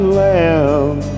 lamb